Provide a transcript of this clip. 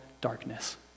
darkness